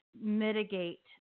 Mitigate